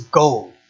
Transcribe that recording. gold